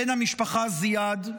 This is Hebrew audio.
בן המשפחה זיאד,